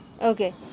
Okay